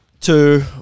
two